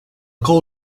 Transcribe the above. call